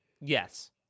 Yes